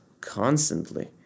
constantly